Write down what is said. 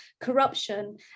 corruption